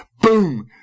Boom